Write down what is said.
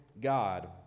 God